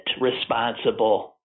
responsible